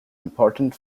important